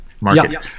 market